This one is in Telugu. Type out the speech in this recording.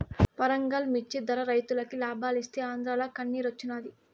వరంగల్ మిచ్చి ధర రైతులకి లాబాలిస్తీ ఆంద్రాల కన్నిరోచ్చినాది